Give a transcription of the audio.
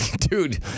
Dude